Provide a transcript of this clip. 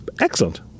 excellent